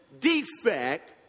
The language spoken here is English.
defect